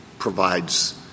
provides